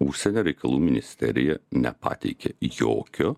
užsienio reikalų ministerija nepateikė jokio